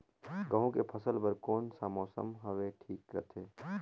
गहूं के फसल बर कौन सा मौसम हवे ठीक रथे?